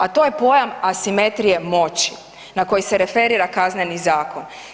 A to je pojam asimetrije moći na koji se referira Kazneni zakon.